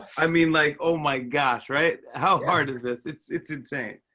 i mean, like, oh, my gosh. right? how hard is this? it's it's insane.